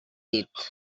dit